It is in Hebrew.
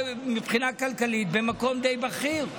מבחינה כלכלית אני חבר במקום די בכיר,